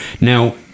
Now